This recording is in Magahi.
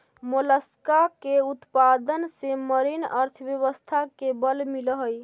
मोलस्का के उत्पादन से मरीन अर्थव्यवस्था के बल मिलऽ हई